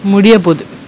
முடிய போது:mudiya pothu